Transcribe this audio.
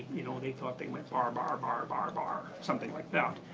you know they thought they went bar bar bar bar bar, something like that.